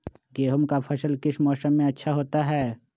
गेंहू का फसल किस मौसम में अच्छा होता है?